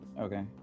okay